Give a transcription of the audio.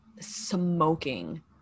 smoking